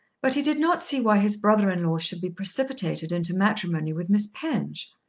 but he did not see why his brother-in-law should be precipitated into matrimony with miss penge.